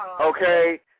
Okay